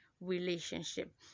relationship